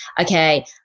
okay